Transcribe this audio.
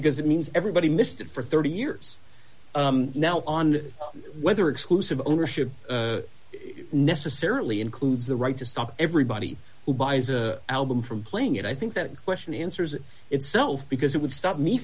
because it means everybody missed it for thirty years now on whether exclusive ownership necessarily includes the right to stop everybody who buys an album from playing it i think that question answers itself because it would stop